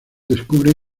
descubre